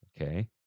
Okay